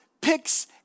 picks